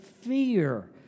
fear